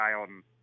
on